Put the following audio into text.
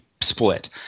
split